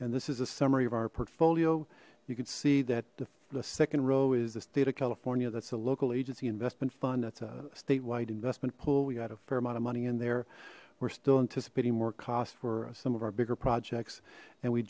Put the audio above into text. and this is a summary of our portfolio you could see that the second row is the state of california that's a local agency investment fund that's a statewide investment pool we had a fair amount of money in there we're still anticipating more cost for some of our bigger projects and we